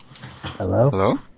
Hello